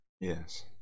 Yes